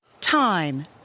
Time